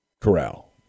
corral